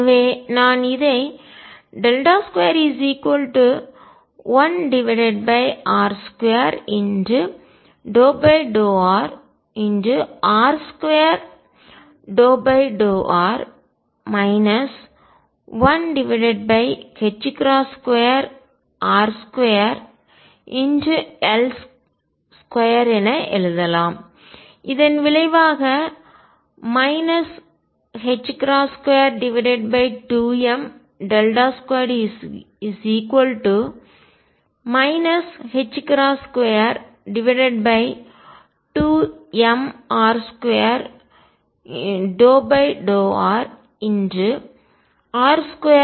எனவே நான் இதை 21r2∂rr2∂r 12r2L2 எழுதலாம் இதன் விளைவாக 22m2 22mr2∂rr2∂r12mr2L2